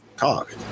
talk